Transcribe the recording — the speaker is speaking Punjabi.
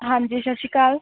ਹਾਂਜੀ ਸਤਿ ਸ਼੍ਰੀ ਅਕਾਲ